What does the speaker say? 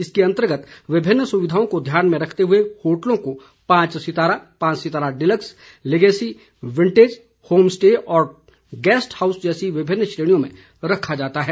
इसके अंतर्गत विभिन्न सुविधाओं को ध्यान में रखते हुए होटलों को पांच सितारा पांच सितारा deluxe legacy vintage home stay और गेस्ट हाउस जैसी विभिन्न श्रेणियों में रखा जाता है